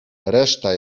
reszta